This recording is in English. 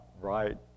right